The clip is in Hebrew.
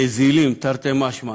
נזילים, תרתי משמע,